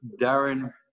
Darren